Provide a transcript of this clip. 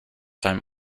time